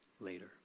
later